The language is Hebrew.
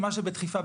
מה שבדחיפה,